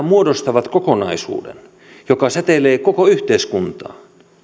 muodostavat kokonaisuuden joka säteilee koko yhteiskuntaan